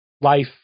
life